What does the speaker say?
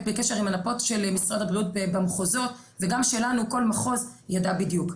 בקשר של משרד הבריאות במחוזות וגם שלנו כל מחוז ידע בדיוק.